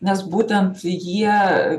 nes būtent jie